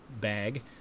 bag